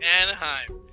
Anaheim